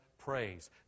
praise